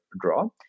draw